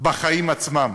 בחיים עצמם.